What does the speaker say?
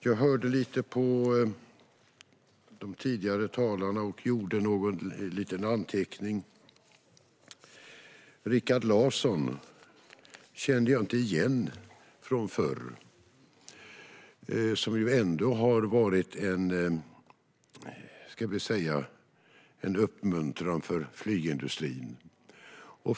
Jag lyssnade lite på tidigare talare och gjorde några anteckningar. Jag kände inte igen Rikard Larsson från förr. Han har varit en uppmuntran för flygindustrin.